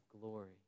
glory